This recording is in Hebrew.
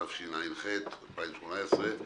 התשע"ח-2018,